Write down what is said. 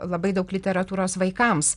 labai daug literatūros vaikams